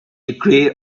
agreed